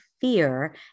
fear